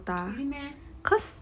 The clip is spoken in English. really meh